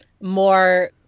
more